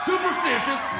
Superstitious